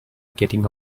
getting